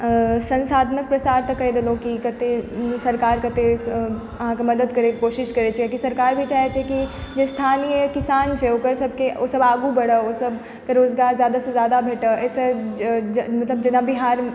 संसाधनके साथ कहि देलहुँ कि कतेक सरकार कतेक अहाँकेँ मदति करबाके कोशिश करैत छै सरकार भी चाहैत छै कि जे स्थानीय किसान छै ओकर सबकेँ ओ सब आगू बढ़ए ओहिसँ रोजगार जादासँ जादा भेटै एहिसँ मतलब जेना बिहारमे